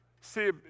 See